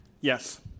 Yes